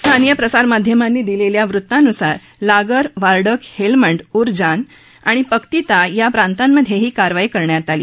स्थानीय प्रसामाध्यमांनी दिलेल्या वृत्तानुसार लागर वार्डक हेलमंड उर्जगान आणि पक्तिता या प्रांतांमध्ये ही कारवाई करण्यात आली